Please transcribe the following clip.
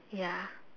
ya